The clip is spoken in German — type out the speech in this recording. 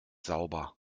sauber